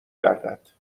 گردد